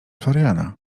floriana